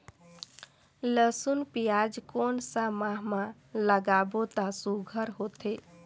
लसुन पियाज कोन सा माह म लागाबो त सुघ्घर होथे?